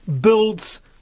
builds